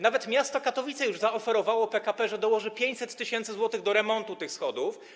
Nawet miasto Katowice zaoferowało PKP, że dołoży 500 tys. zł do remontu tych schodów.